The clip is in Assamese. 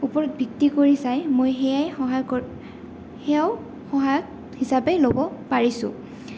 ওপৰত ভিত্তি কৰি চাই মই সেয়াই সহায় কৰি সেয়াও সহায়ক হিচাপে ল'ব পাৰিছোঁ